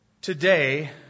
Today